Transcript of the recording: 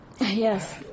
yes